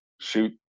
shoot